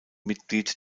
mitglied